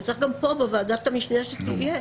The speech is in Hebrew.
וצריך גם פה בוועדת המשנה שתהיה.